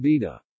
vida